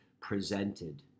presented